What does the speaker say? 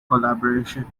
collaboration